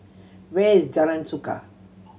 where is Jalan Suka